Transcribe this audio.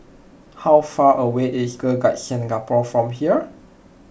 how far away is Girl Guides Singapore from here